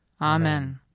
Amen